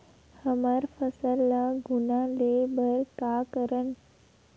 हमर फसल ल घुना ले बर का करन?